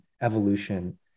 evolution